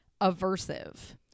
aversive